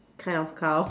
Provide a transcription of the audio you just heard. kind of cow